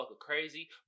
crazy